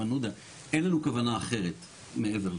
אין לנו כוונה אחרת מעבר לכך.